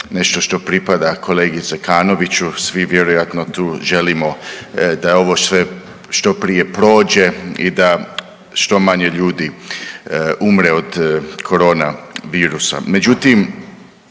nešto što pripada kolegi Zekanoviću svi vjerojatno tu želimo da ovo je sve što prije prođe i da što manje umre od korona virusa.